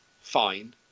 fine